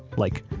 like,